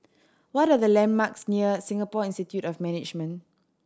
what are the landmarks near Singapore Institute of Management